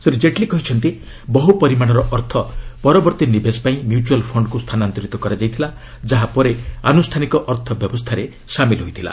ଶ୍ରୀ ଜେଟ୍ଲୀ କହିଛନ୍ତି ବହୁ ପରିମାଣର ଅର୍ଥ ପରବର୍ତ୍ତୀ ନିବେଶ ପାଇଁ ମ୍ୟୁଚୁଆଲ୍ ଫଣ୍ଡକୁ ସ୍ଥାନାନ୍ତରିତ କରାଯାଇଥିଲା ଯାହା ପରେ ଆନୁଷ୍ଠାନିକ ଅର୍ଥ ବ୍ୟବସ୍ଥାରେ ସାମିଲ୍ ହୋଇଥିଲା